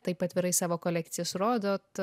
taip atvirai savo kolekcijas rodot tai